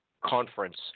conference